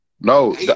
No